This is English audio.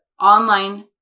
online